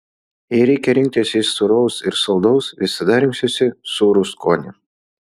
jei reikia rinktis iš sūraus ir saldaus visada rinksiuosi sūrų skonį